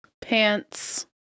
Pants